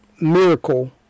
miracle